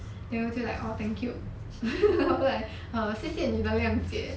then 我就 like orh thank you 我就 like 谢谢你的谅解